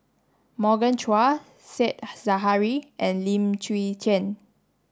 Morgan Chua Said Zahari and Lim Chwee Chian